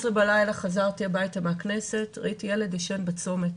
חזרתי הביתה מהכנסת וראיתי ילד ישן בצומת.